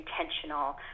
intentional